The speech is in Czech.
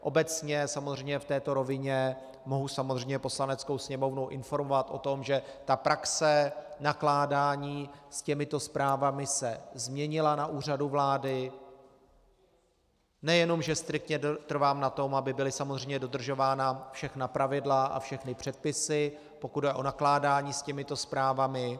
Obecně samozřejmě v této rovině mohu Poslaneckou sněmovnu informovat o tom, že praxe nakládání s těmito zprávami se změnila na Úřadu vlády, nejenom že striktně trvám na tom, aby byla samozřejmě dodržována všechna pravidla a všechny předpisy, pokud jde o nakládání s těmito zprávami.